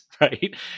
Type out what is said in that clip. right